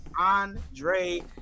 Andre